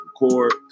record